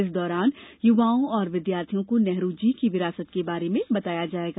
इस दौरान युवाओं और विद्यार्थियों को नेहरू जी की विरासत के बारे बताया जायेगा